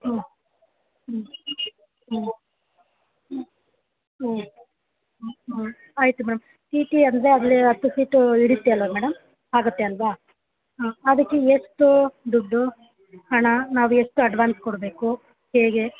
ಹಾಂ ಹ್ಞೂ ಹಾಂ ಹ್ಞೂ ಹ್ಞೂ ಆಯಿತು ಮ್ಯಾಮ್ ಟಿ ಟಿ ಅಂದರೆ ಅಲ್ಲಿ ಹತ್ತು ಸೀಟು ಹಿಡಿಯತ್ತೆ ಅಲ್ವಾ ಮೇಡಮ್ ಆಗುತ್ತೆ ಅಲ್ವಾ ಹ್ಞೂ ಅದಕ್ಕೆ ಎಷ್ಟು ದುಡ್ಡು ಹಣ ನಾವು ಎಷ್ಟು ಅಡ್ವಾನ್ಸ್ ಕೊಡಬೇಕು ಹೇಗೆ